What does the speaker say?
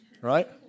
right